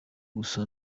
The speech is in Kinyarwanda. gusa